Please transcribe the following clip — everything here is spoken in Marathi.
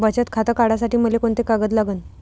बचत खातं काढासाठी मले कोंते कागद लागन?